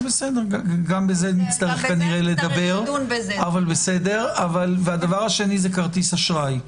גם בזה נצטרך לדון, והדבר השני הוא כרטיס אשראי.